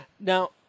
Now